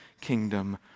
kingdom